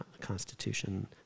Constitution